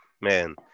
Man